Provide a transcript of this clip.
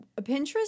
Pinterest